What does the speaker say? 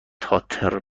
تاتر